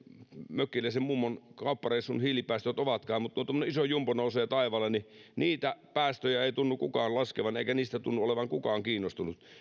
mökkiläisen mummon kauppareissun hiilipäästöt ovatkaan mutta kun tuo iso jumbo nousee taivaalle niin niitä päästöjä ei tunnu kukaan laskevan eikä niistä tunnu olevan kukaan kiinnostunut